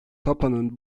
papanın